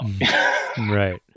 right